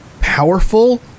powerful